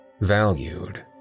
valued